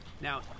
now